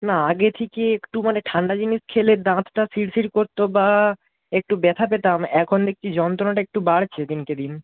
না আগে থেকে একটু মানে ঠান্ডা জিনিস খেলে দাঁতটা শিরশির করত বা একটু ব্যথা পেতাম এখন দেখছি যন্ত্রণাটা একটু বাড়ছে দিনকে দিন